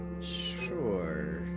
sure